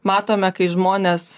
matome kai žmonės